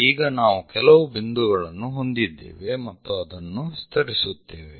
ಈಗ ನಾವು ಕೆಲವು ಬಿಂದುಗಳನ್ನು ಹೊಂದಿದ್ದೇವೆ ಮತ್ತು ಅದನ್ನು ವಿಸ್ತರಿಸುತ್ತೇವೆ